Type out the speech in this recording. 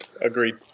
Agreed